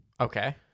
Okay